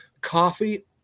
coffee